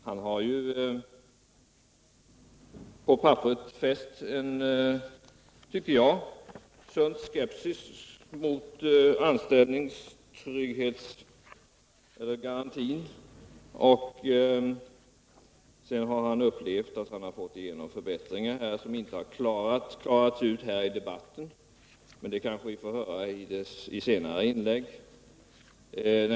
Han har ju på papperet fäst en sund skepsis mot anställningstrygghetsgarantin, och sedan har han upplevt att han har fått igenom förbättringar — vilket inte har klarats ut i debatten. Men det kanske vi får höra mer om i senare inlägg.